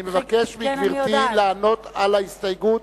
אני מבקש מגברתי לענות על ההסתייגות,